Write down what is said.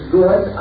good